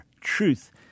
truth